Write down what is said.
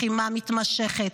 לחימה מתמשכת,